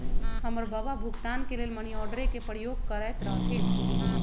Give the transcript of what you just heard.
हमर बबा भुगतान के लेल मनीआर्डरे के प्रयोग करैत रहथिन